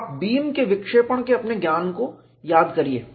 आप बीम के विक्षेपण के अपने ज्ञान को याद करिये